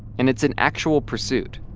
and it's an actual pursuit,